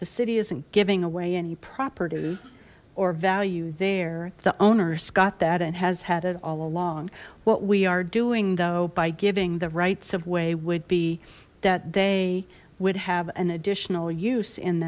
the city isn't giving away any property or value they're the owners got that and has had it all along what we are doing though by giving the rights of way would be that they would have an additional use